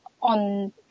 on